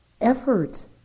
Effort